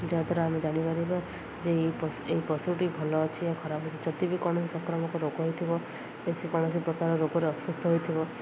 ଯାହାଦ୍ୱାରା ଆମେ ଜାଣିପାରିବା ଯେ ଏଇ ପଶୁ ଏଇ ପଶୁଟି ଭଲ ଅଛି ଆ ଖରାପ ଅଛି ଯଦି ବିି କୌଣସି ସଂକ୍ରାମକ ରୋଗ ହୋଇଥିବ କୌଣସି ପ୍ରକାର ରୋଗରେ ଅସୁସ୍ଥ ହୋଇଥିବ